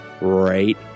right